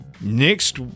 next